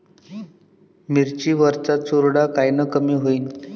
मिरची वरचा चुरडा कायनं कमी होईन?